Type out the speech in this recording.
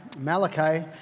Malachi